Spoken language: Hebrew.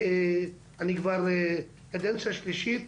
אני כבר קדנציה שלישית,